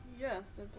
yes